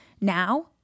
Now